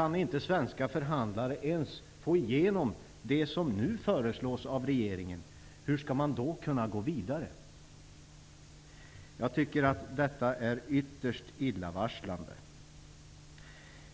Om inte svenska förhandlare ens kan få igenom det som nu föreslås av regeringen, hur skall man då kunna gå vidare? Jag tycker att detta är ytterst illavarslande.